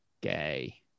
Gay